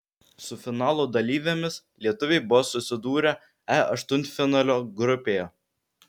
su finalo dalyvėmis lietuviai buvo susidūrę e aštuntfinalio grupėje